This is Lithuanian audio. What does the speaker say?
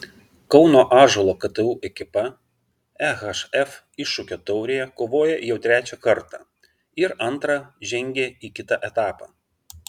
kauno ąžuolo ktu ekipa ehf iššūkio taurėje kovoja jau trečią kartą ir antrą žengė į kitą etapą